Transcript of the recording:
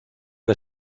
que